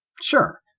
Sure